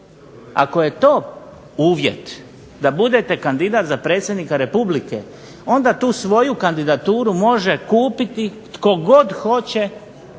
Ako je to uvjet da budete kandidat za predsjednika Republike onda tu svoju kandidaturu može kupiti tko god hoće,